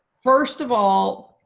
first of all,